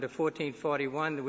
1441